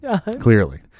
Clearly